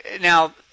now